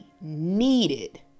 needed